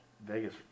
Vegas